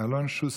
אלון שוסטר.